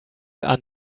are